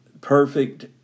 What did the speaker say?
perfect